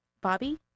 bobby